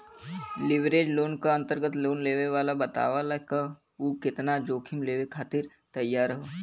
leverage loan क अंतर्गत loan लेवे वाला बतावला क उ केतना जोखिम लेवे खातिर तैयार हौ